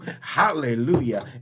Hallelujah